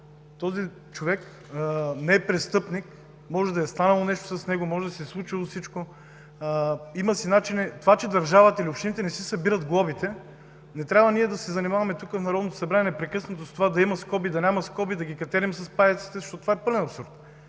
този човек не е престъпник – може да е станало нещо с него, може да се е случило всичко. Това, че държавата или общините не си събират глобите, ние не трябва да се занимаваме тук, в Народното събрание непрекъснато с това – да има скоби, да няма скоби, да ги катерим с паяците, защото това е пълен абсурд.